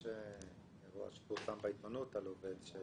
אבל יש אירוע שפורסם בעיתונות על עובד של